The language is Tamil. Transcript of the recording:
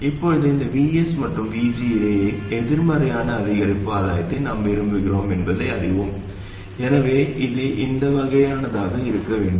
இப்போது இந்த Vs மற்றும் VG இடையே எதிர்மறையான அதிகரிப்பு ஆதாயத்தை நாம் விரும்புகிறோம் என்பதை அறிவோம் எனவே இது இந்த வகையானதாக இருக்க வேண்டும்